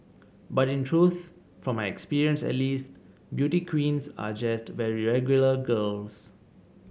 but in truth from my experience at least beauty queens are just very regular girls